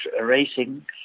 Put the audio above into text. racing